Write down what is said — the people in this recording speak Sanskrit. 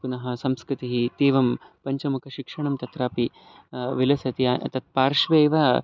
पुनः संस्कृतिः इत्येवं पञ्चमुखिशिक्षणं तत्रापि विलसति आ तत्पार्श्वे एव